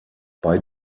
bei